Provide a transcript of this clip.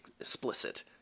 explicit